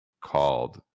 called